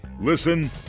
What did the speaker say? Listen